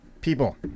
people